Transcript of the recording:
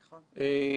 זה תחום מעניין,